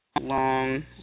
long